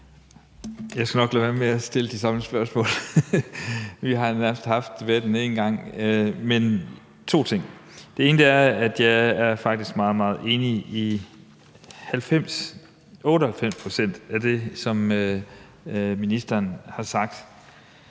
Jeg skal nok lade være med at stille de samme spørgsmål; vi har nærmest haft debatten en gang. Men jeg har to ting. Det ene er, at jeg faktisk er meget, meget enig i 98 pct. af det, som ministeren har sagt.